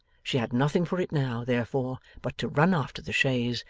she had nothing for it now, therefore, but to run after the chaise,